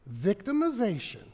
victimization